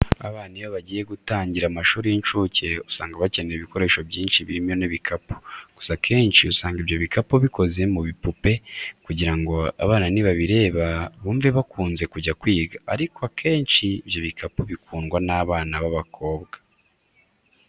Abana iyo bagiye gutangira mu mashuri y'incuke, usanga bakenera ibikoresho byinshi birimo n'ibikapu. Gusa akenshi usanga ibyo bikapu bikoze mu bipupe kugira ngo abana nibabireba bumve bakunze kujya kwiga, ariko akenshi ibyo bikapu bikundwa n'abana b'abakobwa.